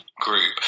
Group